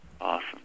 Awesome